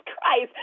Christ